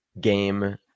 game